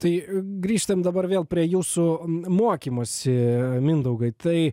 tai grįžtam dabar vėl prie jūsų mokymosi mindaugai tai